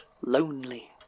Lonely